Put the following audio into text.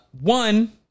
One